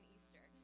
Easter